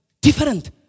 Different